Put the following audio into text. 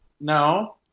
No